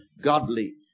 godly